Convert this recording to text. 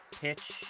pitch